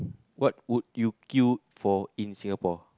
what would you queue for in Singapore